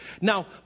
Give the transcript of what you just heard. Now